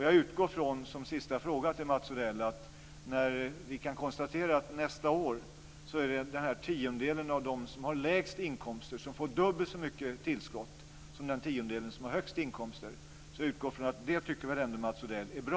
Jag vill till sist säga till Mats Odell att vi nästa år kan konstatera att den tiondel som har lägst inkomster får dubbelt så mycket tillskott som den tiondel som har högst inkomster. Jag utgår ifrån att Mats Odell ändå tycker att det är bra.